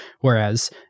Whereas